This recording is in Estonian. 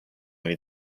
mõni